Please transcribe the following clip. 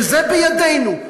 שזה בידינו,